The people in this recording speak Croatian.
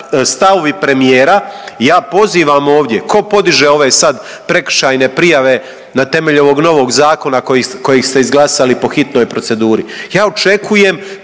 stavovi premijera. Ja pozivam ovdje ko podiže ove sad prekršajne prijave na temelju ovog novog zakona kojeg ste izglasali po hitnoj proceduri.